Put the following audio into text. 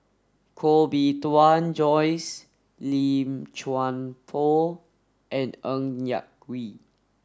Koh Bee Tuan Joyce Lim Chuan Poh and Ng Yak Whee